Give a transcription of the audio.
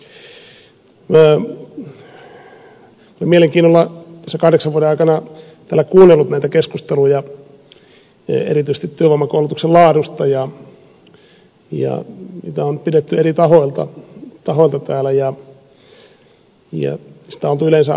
olen mielenkiinnolla tässä kahdeksan vuoden aikana kuunnellut erityisesti työvoimakoulutuksen laadusta näitä keskusteluja joita on pidetty eri tahoilta täällä ja siitä on oltu yleensä aika huolissaan